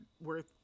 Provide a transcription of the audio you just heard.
worth